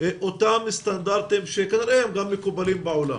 אותם סטנדרטים שכנראה מקובלים בעולם?